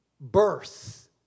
birth